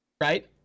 right